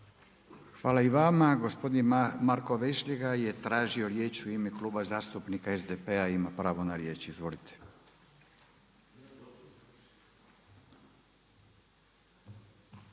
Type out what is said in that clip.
Hvala i vama. Gospodin Marko Vešligaj je tražio riječ u ime Kluba zastupnika SDP-a ima pravo na riječ. Izvolite.